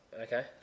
Okay